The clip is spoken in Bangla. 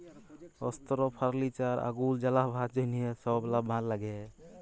অস্ত্র, ফার্লিচার, আগুল জ্বালাবার জ্যনহ ছব লাম্বার ল্যাগে